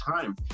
time